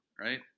right